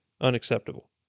unacceptable